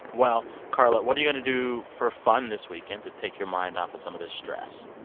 well, carla, what are you going to do for fun this weekend to take your mind off of some of this stress?